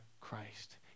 Christ